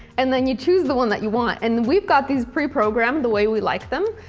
and then you choose the one that you want and we've got these pre programmed the way we like them.